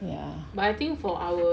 ya